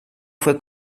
fue